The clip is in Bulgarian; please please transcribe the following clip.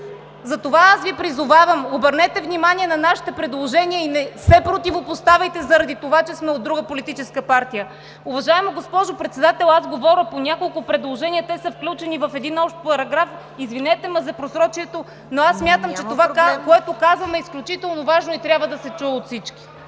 Затова Ви призовавам – обърнете внимание на нашите предложения и не се противопоставяйте заради това, че сме от друга политическа партия! Уважаема госпожо Председател, аз говоря по няколко предложения – те са включени в един общ параграф. Извинете ме за просрочието, но смятам, че онова, което казвам, е изключително важно и трябва да се чуе от всички.